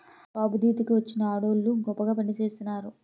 గాబుదీత కి వచ్చిన ఆడవోళ్ళు గొప్పగా పనిచేసినారు